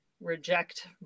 reject